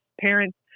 parents